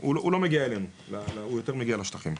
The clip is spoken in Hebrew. הוא לא מגיע אלינו, הוא יותר מגיע לשטחים.